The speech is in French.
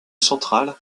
centrale